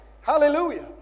hallelujah